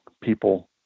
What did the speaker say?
people